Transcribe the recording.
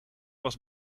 was